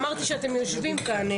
אמרתי שאתם יושבים כאן,